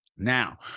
Now